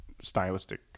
stylistic